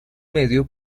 medio